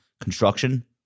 construction